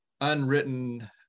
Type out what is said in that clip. unwritten